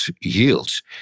yields